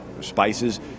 spices